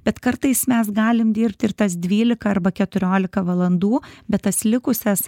bet kartais mes galim dirbt ir tas dvylika arba keturiolika valandų bet tas likusias